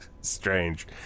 strange